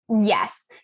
Yes